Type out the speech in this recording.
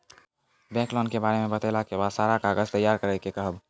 Bank loan के बारे मे बतेला के बाद सारा कागज तैयार करे के कहब?